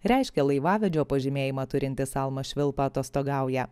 reiškia laivavedžio pažymėjimą turintis almas švilpa atostogauja